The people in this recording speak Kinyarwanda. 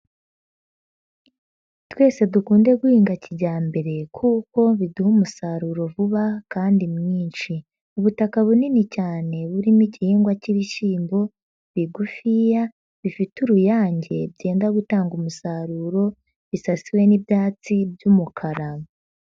Twese dukunde guhinga kijyambere kuko biduha umusaruro vuba kandi mwinshi, ubutaka bunini cyane burimo igihingwa cy'ibishyimbo bigufiya bifite uruyange byenda gutanga umusaruro bisasiwe n'ibyatsi by'umukara.